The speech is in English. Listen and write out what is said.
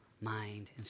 mind